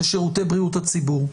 אלה שירותי בריאות הציבור.